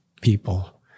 people